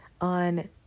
on